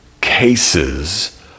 cases